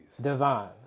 Design